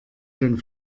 den